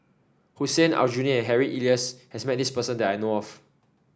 Hussein Aljunied and Harry Elias has met this person that I know of